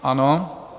Ano.